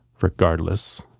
regardless